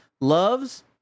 Love's